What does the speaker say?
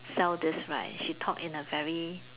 sell this right she talk in a very